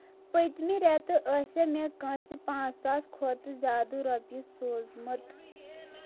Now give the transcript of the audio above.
پٔتمۍمہِ رٮ۪تہٕ ٲسیٛا مےٚ کٲنٛسہِ پانٛژھ ساس کھۄتہٕ زیادٕ رۄپیہِ سوٗزمٕت